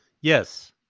Yes